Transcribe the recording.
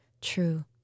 true